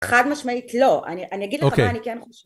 חד משמעית לא, אני אגיד לך מה אני כן חושבת.